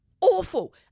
awful